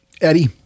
Eddie